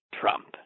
Trump